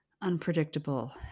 unpredictable